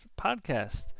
podcast